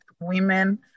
Women